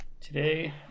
Today